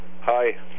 hi